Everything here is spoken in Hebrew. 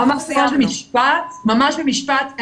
ממש במשפט,